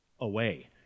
away